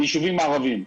ביישובים ערביים.